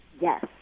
Yes